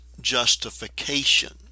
justification